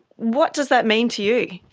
what does that mean to you?